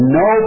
no